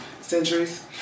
centuries